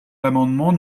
l’amendement